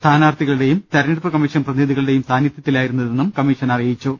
സ്ഥാനാർത്ഥി കളുടെയും തെരഞ്ഞെടുപ്പ് കമ്മീഷൻ പ്രതിനിധികളുടെയും സാന്നിധ്യത്തിലായി രുന്നു ഇതെന്നും കമ്മീഷൻ അറിയിച്ചു